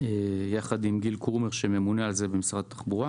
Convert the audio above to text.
יחד עם גיל קרומר שממונה על זה במשרד התחבורה.